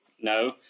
No